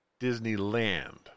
Disneyland